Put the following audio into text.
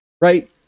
right